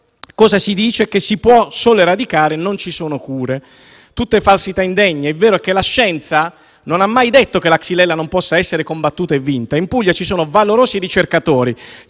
questo si dice che si può solo eradicare, non ci sono cure. Tutte falsità indegne. È vero che la scienza non ha mai detto che la xylella non possa essere combattuta e vinta. In Puglia ci sono valorosi ricercatori